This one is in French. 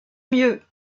mieux